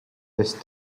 eest